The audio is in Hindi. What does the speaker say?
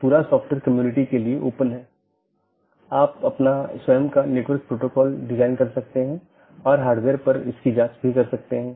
एक AS ट्रैफिक की निश्चित श्रेणी के लिए एक विशेष AS पाथ का उपयोग करने के लिए ट्रैफिक को अनुकूलित कर सकता है